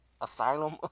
asylum